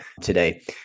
today